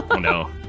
No